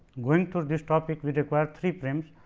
going to this topic, we require three frames.